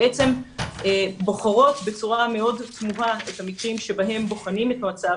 בעצם בוחרות בצורה מאוד תמוהה את המקרים שבהם בוחנים את המצב,